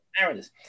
Mariners